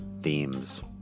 themes